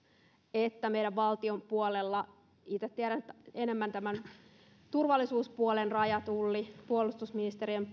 että meidän valtion puolella itse tiedän enemmän tästä turvallisuuspuolesta rajan tullin puolustusministeriön